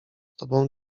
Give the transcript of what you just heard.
tobą